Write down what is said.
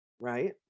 right